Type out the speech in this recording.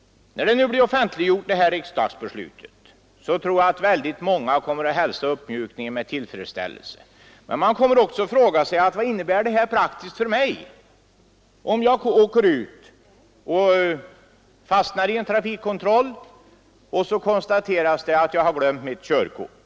När detta riksdagens beslut då blir offentliggjort tror jag att många människor kommer att hälsa en sådan uppmjukning med tillfredsställelse, och man kommer att fråga: Vad innebär detta praktiskt för mig, om jag fastnar i en trafikkontroll och det konstateras att jag har glömt mitt körkort?